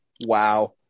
Wow